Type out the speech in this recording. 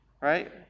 right